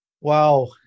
wow